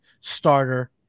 starter